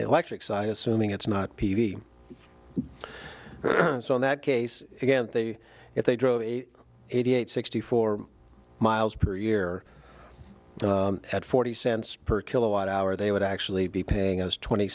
electric side assuming it's not p v so in that case again they if they drove eighty eight sixty four miles per year at forty cents per kilowatt hour they would actually be paying us twenty